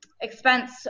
expense